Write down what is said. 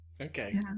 Okay